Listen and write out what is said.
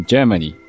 Germany